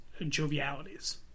jovialities